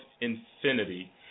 Infinity